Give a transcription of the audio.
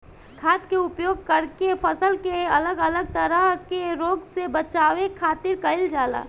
खाद्य के उपयोग करके फसल के अलग अलग तरह के रोग से बचावे खातिर कईल जाला